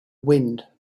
wind